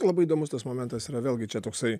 labai įdomus tas momentas yra vėlgi čia toksai